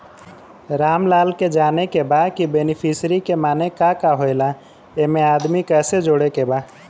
रामलाल के जाने के बा की बेनिफिसरी के माने का का होए ला एमे आदमी कैसे जोड़े के बा?